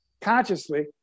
consciously